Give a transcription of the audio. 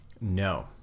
no